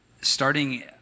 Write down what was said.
starting